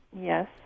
Yes